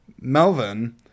melvin